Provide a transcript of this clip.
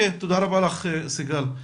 תודה רבה לך, סיגל.